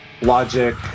Logic